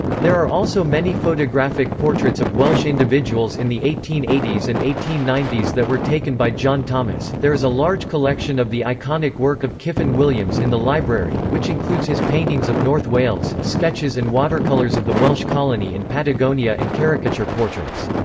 there are also many photographic portraits of welsh individuals in the eighteen eighty s and eighteen ninety s that were taken by john thomas there is a large collection of the iconic work of kyffin williams in the library, which includes his paintings of north wales, sketches and watercolours of the welsh colony in patagonia and caricature portraits.